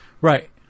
Right